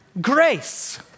grace